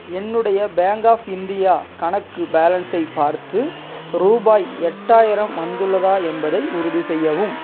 என்னுடைய bank of India கணக்கு பேலன்ஸை பார்த்து ரூபாய் எட்டாயிரம் வந்துள்ளதா என்பதை உறுதி செய்யவும்